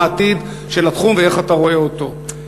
מה העתיד של התחום ואיך אתה רואה אותו?